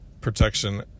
Protection